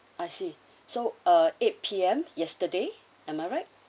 I see so uh eight P_M yesterday am I right